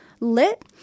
lit